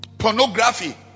pornography